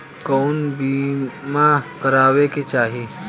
कउन बीमा करावें के चाही?